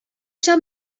shall